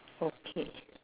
okay